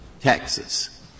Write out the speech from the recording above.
Texas